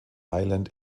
island